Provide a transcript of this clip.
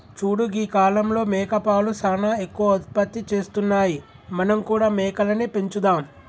చూడు గీ కాలంలో మేకపాలు సానా ఎక్కువ ఉత్పత్తి చేస్తున్నాయి మనం కూడా మేకలని పెంచుదాం